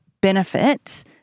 benefits